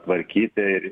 tvarkyti ir